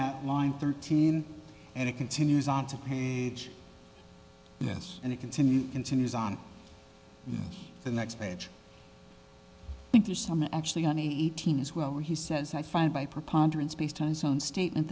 at line thirteen and it continues on to page yes and it continues continues on the next page think there's some actually an eighteen as well he says i find by preponderance based on his own statement